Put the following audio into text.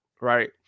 Right